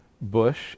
Bush